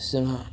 जोंहा